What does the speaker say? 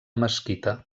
mesquita